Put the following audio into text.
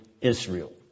Israel